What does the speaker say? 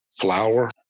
flour